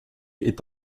est